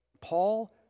Paul